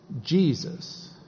Jesus